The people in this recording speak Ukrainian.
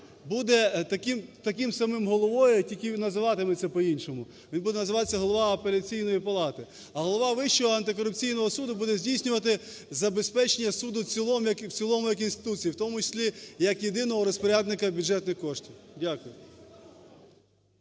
буде таким самим головою, тільки називатиметься по-іншому, він буде називатися голова Апеляційної палати. А голова Вищого антикорупційного суду буде здійснювати забезпечення суду в цілому, в цілому як інституції, в тому числі як єдиного розпорядника бюджетних коштів. Дякую.